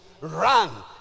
run